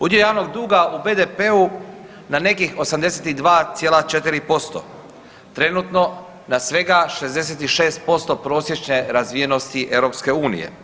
Udio javnog duga u BDP na nekih 82,4% trenutno na svega 66% prosječne razvijenosti EU.